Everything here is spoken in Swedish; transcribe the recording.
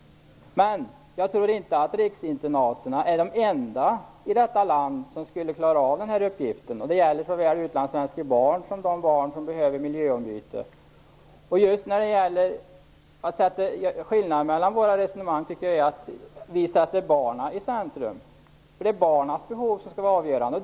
Jag tror dock inte att riksinternaten är de enda skolor i detta land som skulle kunna klara av denna uppgift. Det gäller såväl utlandssvenska barn som barn som behöver miljöombyte. Jag tycker att skillnaden mellan de olika resonemangen är att vi sätter barnen i centrum. Det är barnens behov som skall vara avgörande.